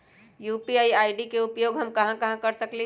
UPI ID के उपयोग हम कहां कहां कर सकली ह?